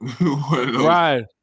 right